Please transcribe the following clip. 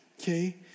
okay